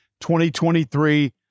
2023